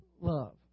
love